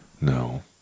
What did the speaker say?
No